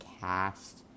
cast